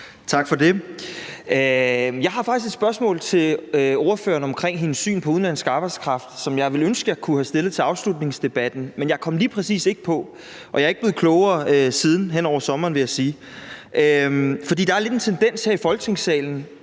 Tak for det. Jeg har faktisk et spørgsmål til ordføreren om hendes syn på udenlandsk arbejdskraft, som jeg ville ønske jeg kunne have stillet til afslutningsdebatten, men jeg kom lige præcis ikke på, og jeg er ikke blevet klogere hen over sommeren, vil jeg sige. For der er lidt en tendens her i Folketingssalen